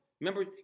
Remember